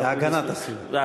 להגנת הסביבה.